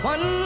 One